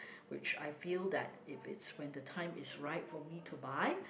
which I feel that if it's when the time is right for me to buy